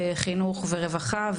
חינוך ורווחה,